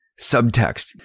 subtext